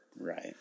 Right